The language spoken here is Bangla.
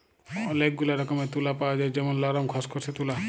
ওলেক গুলা রকমের তুলা পাওয়া যায় যেমল লরম, খসখসে তুলা